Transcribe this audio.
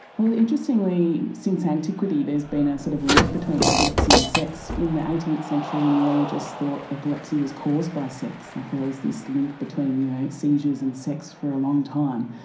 well, interestingly, since antiquity there has been a sort of link between epilepsy and sex. in the eighteenth century neurologists thought epilepsy was caused by sex, that like there was this link between you know seizures and sex for a long time.